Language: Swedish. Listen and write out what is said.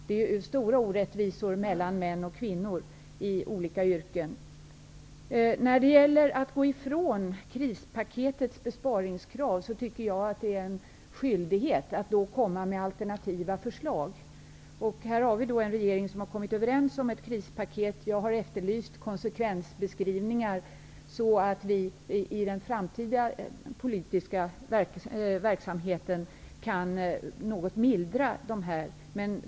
Det finns stora orättvisor i olika yrken mellan män och kvinnor. Om man skall gå ifrån krispaketets besparingskrav tycker jag att man har en skyldighet att komma med alternativa förslag. Vi har en regering som har kommit överens om ett krispaket. Jag har efterlyst konsekvensbeskrivningar så att vi i den framtida politiska verksamheten kan mildra åtgärderna något.